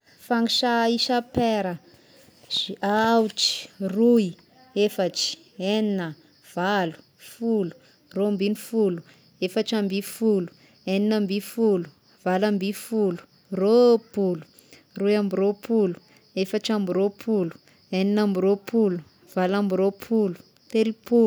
Fangisà isa paire: ze- aotra, roy, efatry, egnina, valo, folo, rombin'ny folo, efatra amby folo, egnina amby folo, volo amby folo, rôpolo, rôy amby rôpolo, efatra amby rôpolo, egnina amby rôpolo, valo amby rôpolo, telopolo.